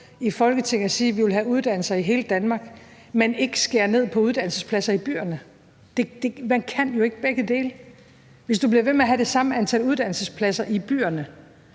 i Folketinget og sige, at vi vil have uddannelser i hele Danmark, men ikke skære ned på uddannelsespladser i byerne. Man kan jo ikke gøre begge dele. Hvis du bliver ved med at have det samme antal uddannelsespladser i byerne